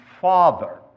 father